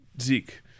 Zeke